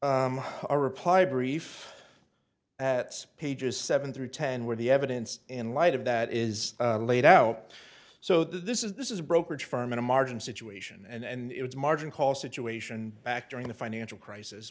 a reply brief at pages seven through ten where the evidence in light of that is laid out so this is this is a brokerage firm in a margin situation and it's a margin call situation back during the financial crisis